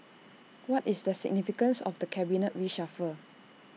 what is the significance of the cabinet reshuffle